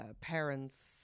parents